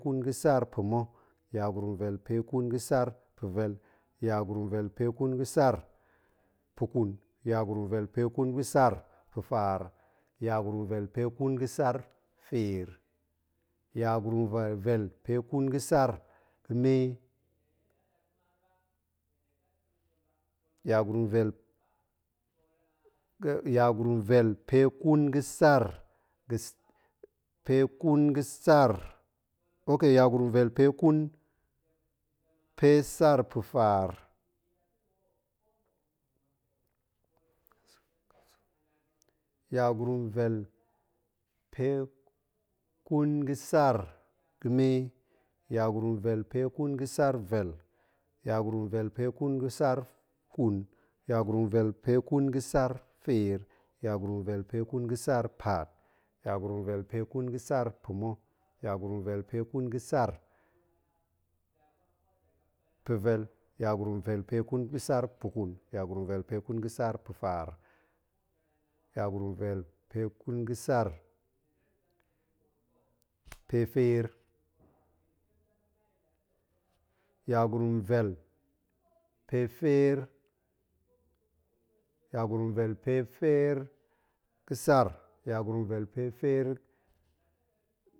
Yagurum vel peƙun ga̱ sar pa̱ma̱, yagurum vel peƙun ga̱ sar pa̱vel, yagurum vel peƙun ga̱ sar puƙun, yagurum vel peƙun ga̱ sar pa̱faar, yagurum vel peƙun ga̱ sar feer. yagurum vel pe ƙun ga̱ sar ga̱me, yagurum vel ga̱-yagurum vel pe ƙun ga̱ sar ga̱, pe ƙun ga̱ sar, ok yagurum vel pe ƙun pe sar pa̱faar yagurum vel pe ƙun ga̱ sar ga̱me, yagurum vel pe ƙun ga̱ sar vel, yagurum vel pe ƙun ga̱ sar ƙun, yagurum vel pe ƙun ga̱ sar feer, yagurum vel pe ƙun ga̱ sar paat, yagurum vel pe ƙun ga̱ sar pa̱ma̱, yagurum vel pe ƙun ga̱ sar pa̱vel, yagurum vel pe ƙun ga̱ sar puƙun, yagurum vel pe ƙun ga̱ sar pa̱faar, yagurum vel pe ƙun ga̱ sar pe feer, yagurum vel pe feer. yagurum vel pe feer ga̱ sar, yagurum vel pe feer,